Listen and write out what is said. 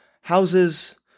houses